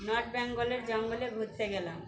north বেঙ্গলের জঙ্গলে ঘুরতে গেলাম